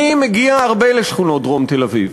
אני מגיע הרבה לשכונות דרום תל-אביב.